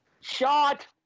Shot